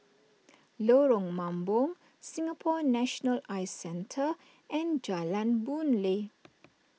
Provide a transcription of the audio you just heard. Lorong Mambong Singapore National Eye Centre and Jalan Boon Lay